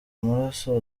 amaraso